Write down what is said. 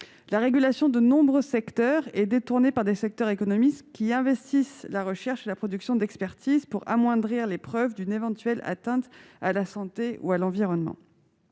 de régulation de nombreuses activités sont détournées par des secteurs économiques qui investissent la recherche et la production d'expertises pour amoindrir les preuves d'une éventuelle atteinte à la santé ou à l'environnement.